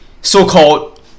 so-called